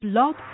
Blog